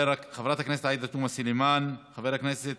חברת הכנסת עאידה תומא סולימאן, חבר הכנסת